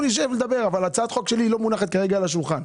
נשב ונדבר אבל הצעת החוק שלי לא מונחת כרגע על השולחן.